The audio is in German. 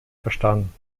verstanden